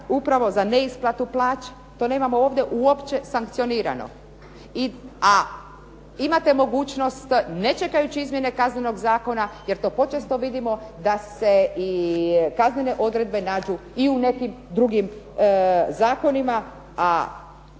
upravo za neisplatu plaća. To nemamo ovdje uopće sankcionirano, a imate mogućnost ne čekajući izmjene Kaznenog zakona jer to počesto vidimo da se i kaznene odredbe nađu i u nekim drugim zakonima,